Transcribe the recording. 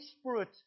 Spirit